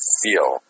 feel